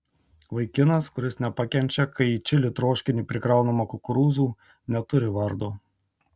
vaikinas kuris nepakenčia kai į čili troškinį prikraunama kukurūzų neturi vardo